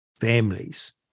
families